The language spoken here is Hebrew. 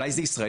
אולי זה ישראלי?